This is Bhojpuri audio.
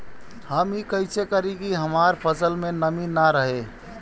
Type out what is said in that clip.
हम ई कइसे करी की हमार फसल में नमी ना रहे?